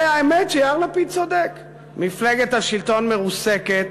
והאמת, יאיר לפיד צודק, מפלגת השלטון מרוסקת,